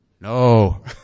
no